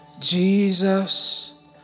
Jesus